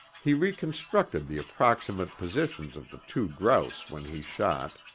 he reconstructed the approximate positions of the two grouse when he shot,